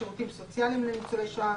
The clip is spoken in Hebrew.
(6) שירותים סוציאליים לניצולי שואה.